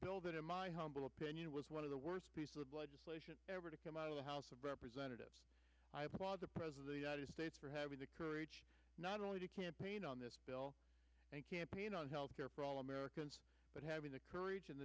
that in my humble opinion was one of the worst piece of legislation ever to come out of the house of representatives i applaud the president as states for having the courage not only to campaign on this bill and campaign on health care for all americans but having the courage and